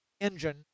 engine